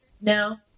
No